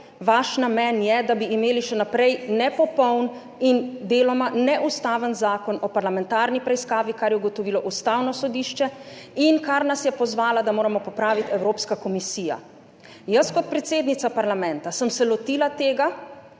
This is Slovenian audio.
vaš namen je, da bi imeli še naprej nepopoln in deloma neustaven Zakon o parlamentarni preiskavi, kar je ugotovilo Ustavno sodišče in kar nas je pozvala, da moramo popraviti, Evropska komisija. Jaz kot predsednica parlamenta sem se lotila tega